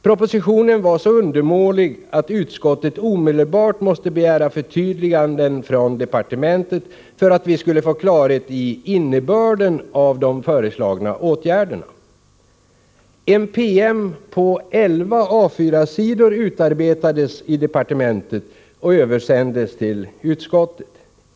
Propositionen var så undermålig att utskottet omedelbart måste begära förtydliganden från departementet för att vi skulle få klarhet i innebörden av de föreslagna åtgärderna. En PM på 11 A4-sidor utarbetades och översändes till utskottet.